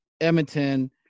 Edmonton